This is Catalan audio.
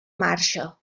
marxa